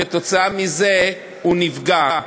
כתוצאה מזה הוא ייפגע.